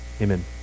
Amen